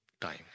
time